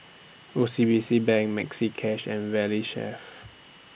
O C B C Bank Maxi Cash and Valley Chef